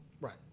Right